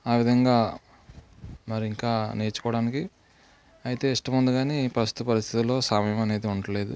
ఆ విధంగా మరి ఇంకా నేర్చుకోవడానికి అయితే ఇష్టం ఉంది కానీ ప్రస్తుత పరిస్థితుల్లో సమయం అనేది ఉండట్లేదు